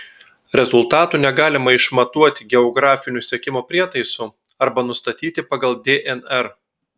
rezultatų negalima išmatuoti geografiniu sekimo prietaisu arba nustatyti pagal dnr